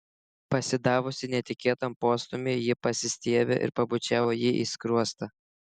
pasidavusi netikėtam postūmiui ji pasistiebė ir pabučiavo jį į skruostą